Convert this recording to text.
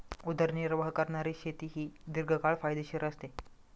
उदरनिर्वाह करणारी शेती ही दीर्घकाळ फायदेशीर असते